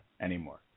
anymore